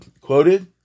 quoted